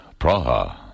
Praha